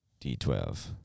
d12